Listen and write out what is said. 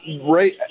Right